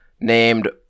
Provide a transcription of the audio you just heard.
named